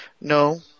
No